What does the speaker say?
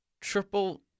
triple